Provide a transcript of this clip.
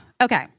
Okay